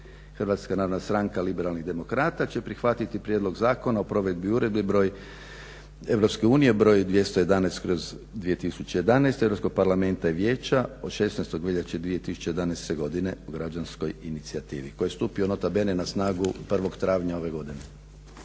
svim razinama. HNS liberalnih demokrata će prihvatiti prijedlog zakona o provedbi uredbe EU br. 211/2011 Europskog parlamenta i vijeća od 16.veljače 2011.godine u građanskoj inicijativi koji je stupio nota bene na snagu 1.travnja ove godine.